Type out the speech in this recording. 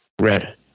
Red